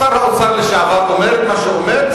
שר האוצר לשעבר אומר את מה שהוא אומר,